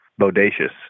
Bodacious